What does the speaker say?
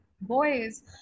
boys